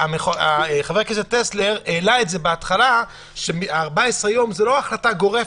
חבר הכנסת טסלר העלה בהתחלה ש-14 יום זה לא החלטה גורפת,